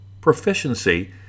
proficiency